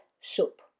soup